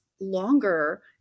longer